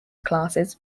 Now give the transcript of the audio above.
classes